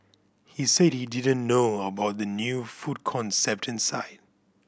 he said he didn't know about the new food concept inside